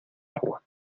agua